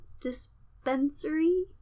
Dispensary